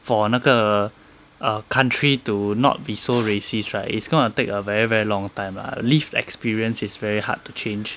for 那个 err country to not be so racist right it's going to take a very very long time life experience is very hard to change